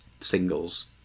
singles